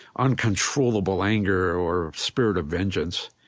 uncontrollable anger or spirit of vengeance.